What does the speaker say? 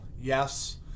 Yes